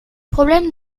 problèmes